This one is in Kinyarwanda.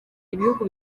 ibihugu